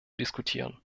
diskutieren